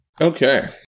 Okay